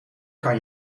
kan